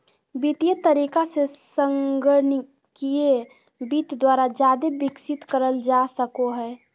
वित्तीय तरीका से संगणकीय वित्त द्वारा जादे विकसित करल जा सको हय